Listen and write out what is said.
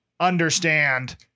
understand